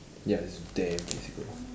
ya it's damn physical